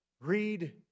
Read